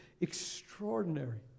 extraordinary